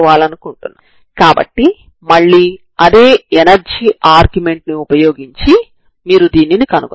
వృత్తాకార డొమైన్ ను polar coordinate లుగా మార్చవచ్చు